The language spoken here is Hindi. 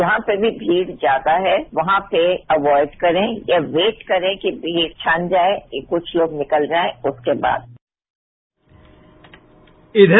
जहां पर भी भीड ज्यादा है वहां पर अवाइड करें या वेट करें कि भीड छन जाएं कि कुछ लोग निकल जाएं उसके वाद